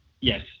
Yes